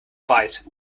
weit